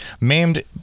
Maimed